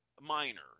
minor